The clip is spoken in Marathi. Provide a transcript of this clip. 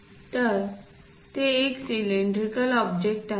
तर ते एक सिलेंड्रिकल ऑब्जेक्ट आहे